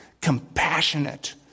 compassionate